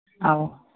ꯑꯧ